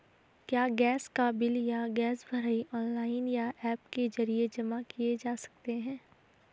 क्या गैस का बिल या गैस भराई ऑनलाइन या ऐप के जरिये जमा किये जा सकते हैं?